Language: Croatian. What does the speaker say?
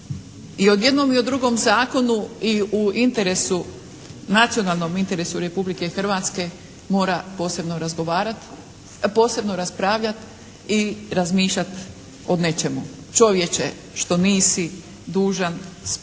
i o jednom i o drugom zakonu i u interesu nacionalnom interesu Republike Hrvatske mora posebno razgovarati, posebno raspravljati i razmišljati o nečemu. Čovječe što nisi dužan, što